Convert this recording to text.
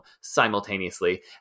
simultaneously